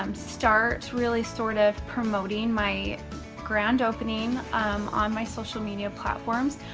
um start really sort of promoting my grand opening on my social media platforms.